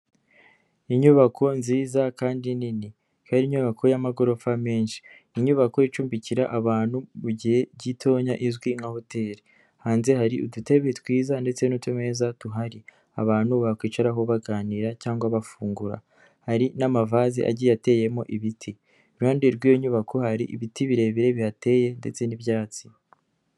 Inyubako nziza kandi nini, ikaba ari inyubako y'amagorofa menshi, inyubako icumbikira abantu mu gihe gitonya izwi nka hoteli, hanze hari udutebe twiza ndetse n'utumeza tuhari abantu bakwicaraho baganira cyangwa bafungura, hari n'amavaze agiye ateyemo ibiti, iruhande rw'iyo nyubako hari ibiti birebire bihateye ndetse n'ibyatsi.